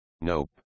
Nope